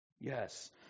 yes